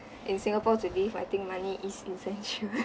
in singapore to live I think money is essential